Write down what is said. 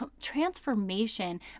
transformation